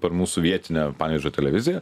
per mūsų vietinę panevėžio televiziją